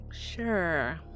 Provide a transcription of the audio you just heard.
Sure